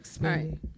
right